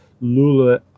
lula